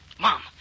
Mom